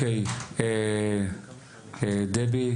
דבי,